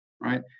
right